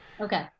okay